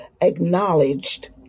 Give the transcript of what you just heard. acknowledged